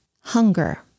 hunger